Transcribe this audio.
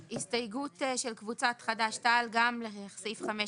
הסתייגות של קבוצת חד"ש-תע"ל גם לסעיף 15(6),